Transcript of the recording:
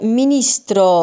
ministro